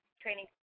training